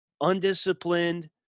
undisciplined